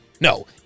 No